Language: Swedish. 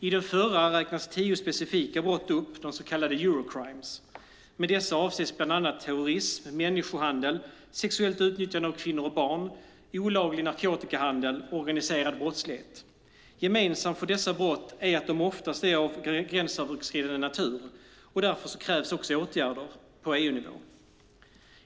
I den förra räknas tio specifika brott upp, de så kallade Eurocrimes. Med dessa avses bland annat terrorism, människohandel, sexuellt utnyttjande av kvinnor och barn, olaglig narkotikahandel och organiserad brottslighet. Gemensamt för dessa brott är att de oftast är av gränsöverskridande natur, och därför krävs åtgärder på EU-nivå.